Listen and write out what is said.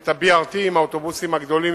את ה-BRT עם האוטובוסים הגדולים,